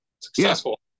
successful